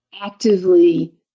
actively